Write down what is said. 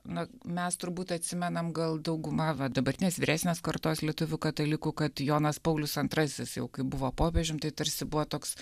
na mes turbūt atsimenam gal dauguma va dabartinės vyresnės kartos lietuvių katalikų kad jonas paulius antrasis jau kaip buvo popiežium tai tarsi buvo toks